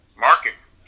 Marcus